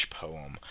poem